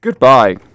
Goodbye